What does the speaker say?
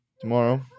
Tomorrow